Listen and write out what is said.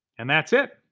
and that's it,